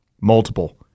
Multiple